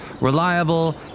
Reliable